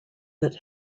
that